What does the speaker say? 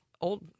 old